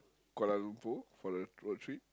Kuala-Lumpur for the road trip